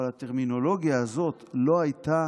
אבל הטרמינולוגיה הזאת לא הייתה